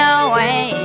away